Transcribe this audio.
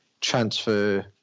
transfer